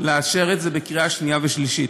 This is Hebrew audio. לאשר אותה בקריאה שנייה ושלישית.